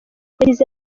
yagize